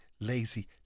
lazy